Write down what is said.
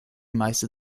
meiste